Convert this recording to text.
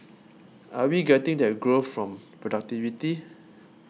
are we getting that growth from productivity